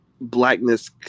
Blackness